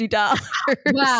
Wow